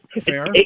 Fair